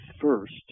first